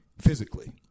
physically